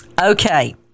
Okay